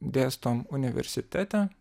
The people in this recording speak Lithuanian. dėstom universitete